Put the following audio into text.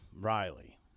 Riley